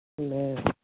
Amen